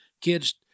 kids